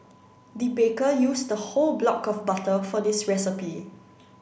the baker used a whole block of butter for this recipe